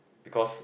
because